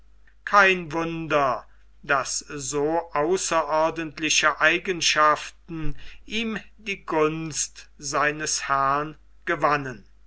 kein wunder daß so außerordentliche eigenschaften ihm die gunst seines herrn gewannen